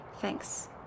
Thanks